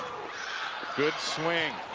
good swing